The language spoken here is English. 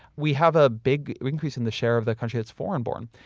we have a big increase in the share of the country that's foreign born.